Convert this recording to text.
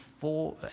four